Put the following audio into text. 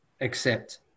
accept